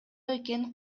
экенин